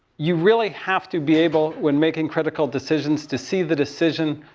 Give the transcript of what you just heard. you really have to be able, when making critical decisions, to see the decision.